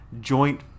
joint